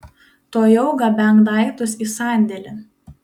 tuojau gabenk daiktus į sandėlį